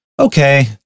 okay